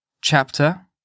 chapter